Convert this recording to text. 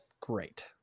great